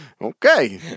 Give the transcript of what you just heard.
okay